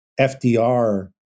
FDR